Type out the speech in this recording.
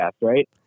right